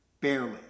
barely